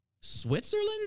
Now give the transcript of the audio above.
Switzerland